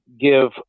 give